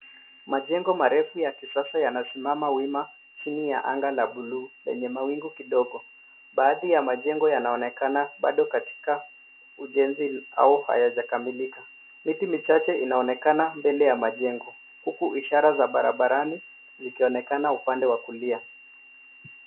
Majengo marefu ya kisasa yanasimama wima chini ya anga la buluu lenye mawingu kidogo. Baadhi ya majengo yanaonekana bado katika ujenzi au hayajakamilika. Mti michache yanaonekana mbele ya majengo, huku ishara za barabarani zikionekana upande wa kulia.